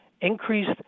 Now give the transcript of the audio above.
increased